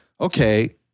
okay